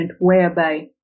whereby